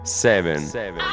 Seven